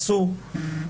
אסור.